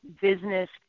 business